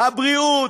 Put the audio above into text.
הבריאות,